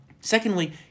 Secondly